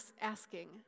asking